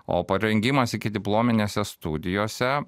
o parengimas ikidiplominėse studijose